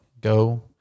Go